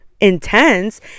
intense